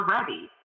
ready